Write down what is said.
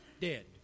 Dead